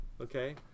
okay